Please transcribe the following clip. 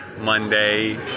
Monday